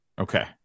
Okay